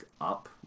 up